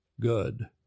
good